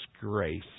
grace